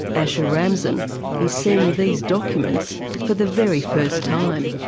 asha ramzan is seeing these documents for the very first time.